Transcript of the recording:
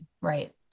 Right